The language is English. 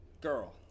Girl